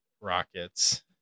rockets